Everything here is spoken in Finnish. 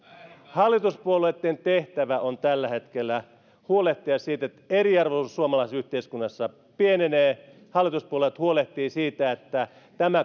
hallituspuolueitten tehtävä on tällä hetkellä huolehtia siitä että eriarvoisuus suomalaisessa yhteiskunnassa pienenee hallituspuolueet huolehtivat siitä että tämän